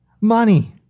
Money